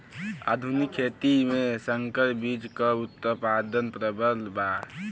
आधुनिक खेती में संकर बीज क उतपादन प्रबल बा